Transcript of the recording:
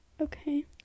okay